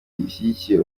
ishyigikiye